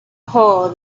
hole